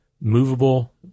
movable